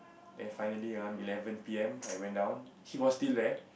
then finally around eleven p_m I went down she was still there